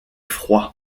froid